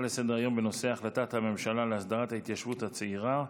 בנושא: החלטת הממשלה להסדרת ההתיישבות הצעירה,